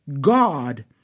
God